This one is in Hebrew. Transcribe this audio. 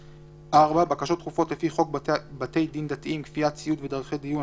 (4) בקשות דחופות לפי חוק בתי דין דתיים (כפיית ציות ודרכי דיון),